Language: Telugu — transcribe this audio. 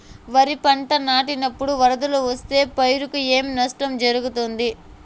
వరిపంట నాటినపుడు వరదలు వస్తే పైరుకు ఏమి నష్టం జరుగుతుంది?